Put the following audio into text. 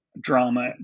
drama